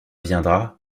viendra